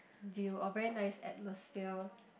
view or very nice atmosphere